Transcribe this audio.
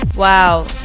Wow